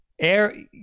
Air